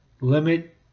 Limit